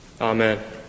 Amen